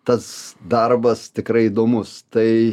tas darbas tikrai įdomus tai